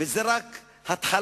וזאת רק ההתחלה,